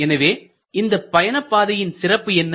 எனவே இந்த பயணப்பாதையில் சிறப்பு என்ன